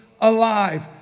alive